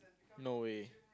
no way